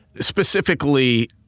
specifically